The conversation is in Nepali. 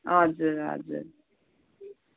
हजुर हजुर